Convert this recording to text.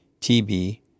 TB